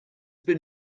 been